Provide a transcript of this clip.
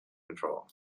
control